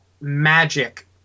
magic